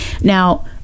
Now